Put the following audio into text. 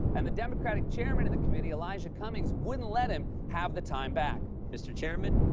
and the democratic chairman of the committee, elijah cummings, wouldn't let him have the time back. mr. chairman?